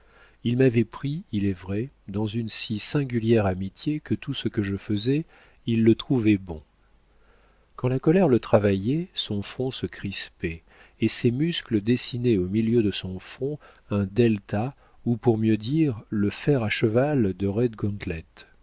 il m'avait pris il est vrai dans une si singulière amitié que tout ce que je faisais il le trouvait bon quand la colère le travaillait son front se crispait et ses muscles dessinaient au milieu de son front un delta ou pour mieux dire le fer à cheval de